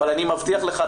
אבל אני מבטיח לך,